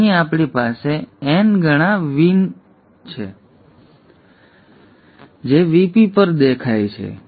તેથી અહીં આપણી પાસે n ગણા Vin છે જે Vp પર દેખાય છે